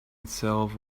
itself